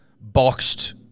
boxed